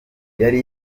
yari